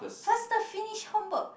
faster finish homework